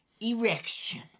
Erection